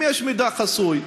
אם יש מידע חסוי,